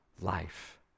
life